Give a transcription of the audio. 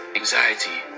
anxiety